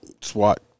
SWAT